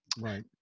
Right